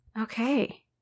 Okay